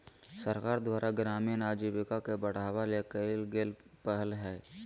सरकार द्वारा ग्रामीण आजीविका के बढ़ावा ले कइल गेल पहल हइ